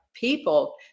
people